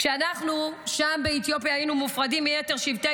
כשאנחנו שם באתיופיה היינו מופרדים מיתר שבטי,